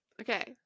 Okay